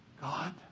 God